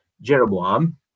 Jeroboam